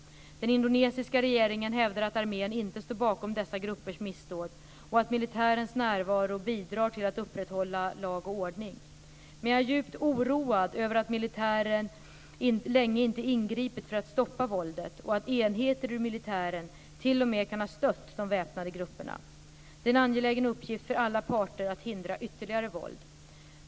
Den indonesiska regeringen hävdar att armén inte står bakom dessa gruppers missdåd och att militärens närvaro bidrar till att upprätthålla lag och ordning. Men jag är djupt oroad över att militären länge inte ingripit för att stoppa våldet och att enheter ur militären t.o.m. kan ha stött de väpnade grupperna. Det är en angelägen uppgift för alla parter att hindra ytterligare våld.